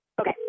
Okay